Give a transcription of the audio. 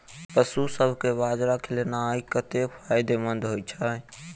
पशुसभ केँ बाजरा खिलानै कतेक फायदेमंद होइ छै?